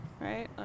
Right